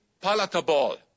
palatable